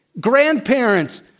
Grandparents